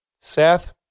Seth